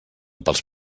pels